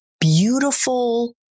beautiful